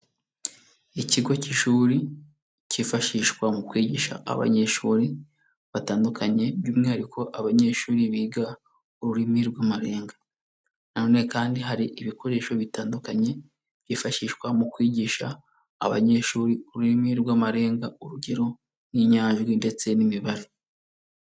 Ikigo cy'ishuri cyifashishwa mu kwigisha abanyeshuri batandukanye by'umwihariko abanyeshuri biga ururimi rw'amarenga, na none kandi hari ibikoresho bitandukanye byifashishwa mu kwigisha abanyeshuri ururimi rw'amarenga urugero nk'inyajwi ndetse n'imibare.